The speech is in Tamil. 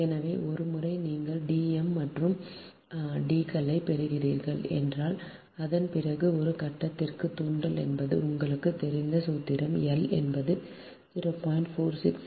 எனவே ஒருமுறை நீங்கள் D m மற்றும் D களைப் பெற்றீர்கள் என்றால் அதன் பிறகு ஒரு கட்டத்திற்குத் தூண்டல் என்பது உங்களுக்குத் தெரிந்த சூத்திரம் L என்பது 0